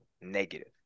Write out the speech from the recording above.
negative